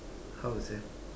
how sia